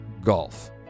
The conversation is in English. Golf